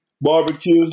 barbecue